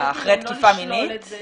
מה, אחרי תקיפה מינית?